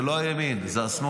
זה לא הימין, זה השמאל.